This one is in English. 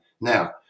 Now